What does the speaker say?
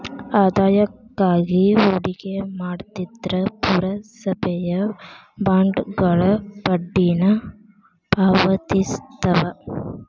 ಆದಾಯಕ್ಕಾಗಿ ಹೂಡಿಕೆ ಮಾಡ್ತಿದ್ರ ಪುರಸಭೆಯ ಬಾಂಡ್ಗಳ ಬಡ್ಡಿನ ಪಾವತಿಸ್ತವ